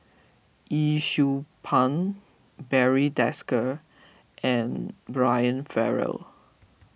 Yee Siew Pun Barry Desker and Brian Farrell